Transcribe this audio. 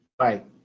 Right